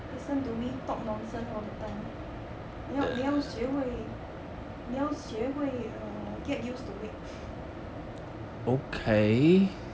listen to me talk nonsense all the time 你要你要学会你要学会 err get used to it